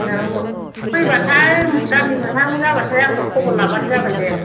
रोमो फैबाथाय गामि मोनहां जाबाथाय आंखौ खबर लाबानो जाबाय दे